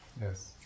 Yes